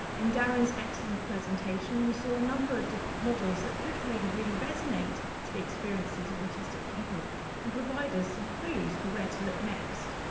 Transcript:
and darren's excellent presentation we saw a number of different models that could resonate to the experiences of autistic people and provide us um clues for where to look next.